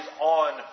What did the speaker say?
on